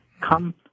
Come